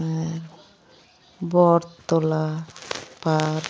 ᱟᱨ ᱵᱚᱨᱛᱚᱞᱟ ᱯᱟᱨᱠ